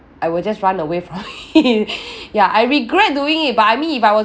I will just run away from it ya I regret doing it but I mean if I were